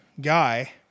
guy